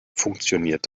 funktioniert